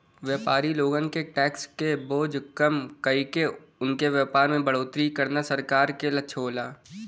व्यापारी लोगन क टैक्स क बोझ कम कइके उनके व्यापार में बढ़ोतरी करना सरकार क लक्ष्य होला